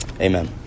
Amen